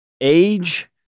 age